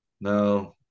No